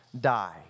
die